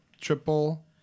Triple